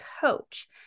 Coach